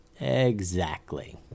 Exactly